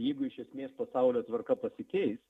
jeigu iš esmės pasaulio tvarka pasikeis